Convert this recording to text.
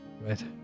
Right